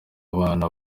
abana